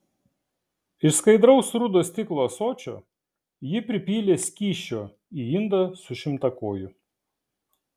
iš skaidraus rudo stiklo ąsočio ji pripylė skysčio į indą su šimtakoju